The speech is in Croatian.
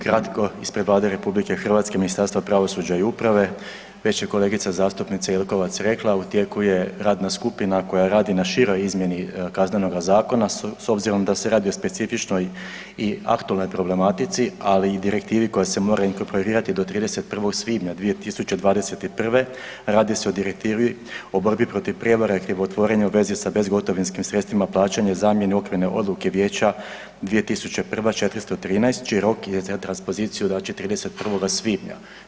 Kratko ispred Vlade RH i Ministarstva pravosuđa i uprave već je kolegica zastupnica Jelkovac rekla, u tijeku je radna skupina koja radi na široj izmjeni Kaznenoga zakona s obzirom da se radi o specifičnoj i aktualnoj problematici, ali i direktivi koja se mora interpretirati do 31. svibnja 2021. radi se o Direktivi o borbi protiv prijevare i krivotvorenja u vezi sa bezgotovinskim sredstvima plaćanja i zamjeni okvirne odluke Vijeća 2001/413 čiji rok je … [[Govornik se ne razumije]] znači 31. svibnja.